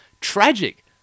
Tragic